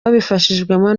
babifashijwemo